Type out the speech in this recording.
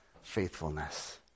faithfulness